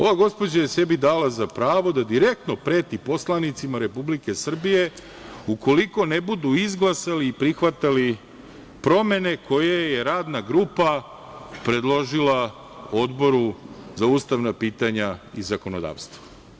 Ova gospođa je dala sebi za pravo da direktno preti poslanicima Republike Srbije, ukoliko ne budu izglasali i prihvatali promene koje je Radna grupa predložila, Odboru za ustavna pitanja i zakonodavstvo.